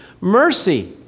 Mercy